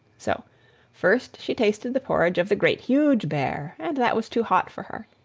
so first she tasted the porridge of the great, huge bear, and that was too hot for her.